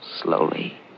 Slowly